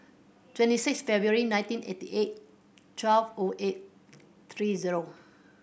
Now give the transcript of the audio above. twenty six February nineteen eighty eight twelve O eight three zero